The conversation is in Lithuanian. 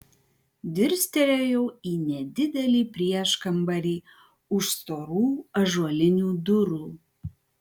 dirstelėjau į nedidelį prieškambarį už storų ąžuolinių durų